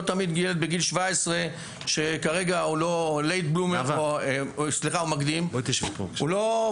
תמיד ילד בגיל 17 שכרגע --- ויש פוטנציאל,